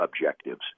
objectives